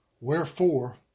Wherefore